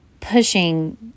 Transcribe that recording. pushing